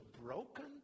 broken